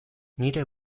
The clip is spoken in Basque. nire